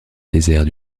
désert